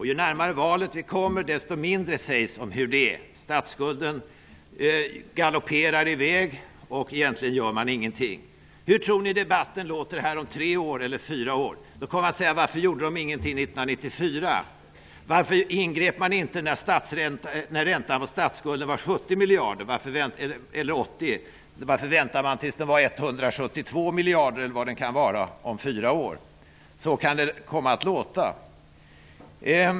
Ju närmare valet vi kommer, desto mindre sägs om hur det är. Statsskulden galopperar i väg, och man gör egentligen ingenting. Hur tror ni att debatten låter om tre eller fyra år? Då kommer man att säga: Varför gjorde de ingenting 1994? Varför ingrep de inte när räntan på statsskulden var 80 miljarder? Varför väntade de tills den var 172 miljarder? Så kan det komma att låta.